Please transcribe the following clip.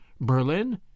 Berlin